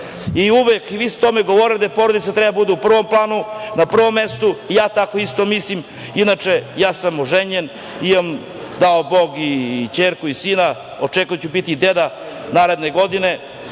Uvek, vi ste o tome govorili da porodica treba da bude u prvom planu, na prvom mestu i ja tako isto mislim. Inače, ja sam oženjen, imam, dao Bog, ćerku i sina, očekujem da ću biti i deda naredne godine,